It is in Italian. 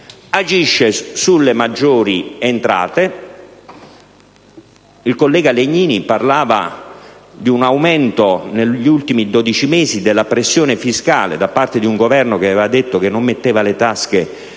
Agisce sulle maggiori entrate. Il collega Legnini parlava di un aumento negli ultimi 12 mesi della pressione fiscale, da parte di un Governo che aveva detto che non metteva le mani